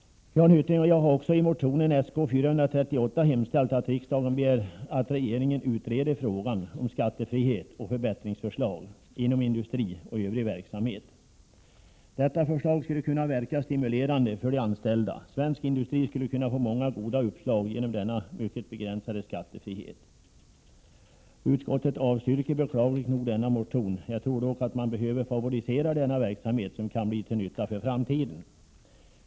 Jan Hyttring och jag har också i motion Sk438 hemställt att riksdagen begär att regeringen utreder frågan om skattefrihet för förbättringsförslag inom industri och övrig verksamhet. Detta förslag skulle kunna verka stimulerande för de anställda. Svensk industri skulle kunna få många goda uppslag genom denna mycket begränsade skattefrihet. Utskottet avstyrker, beklagligt nog, denna motion. Jag tror dock att man behöver favorisera denna verksamhet, som kan bli till nytta för framtiden.